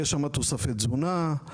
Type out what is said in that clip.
יהיו שם תוספי תזונה,